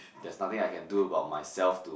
there's nothing I can do about myself to